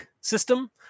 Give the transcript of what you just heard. system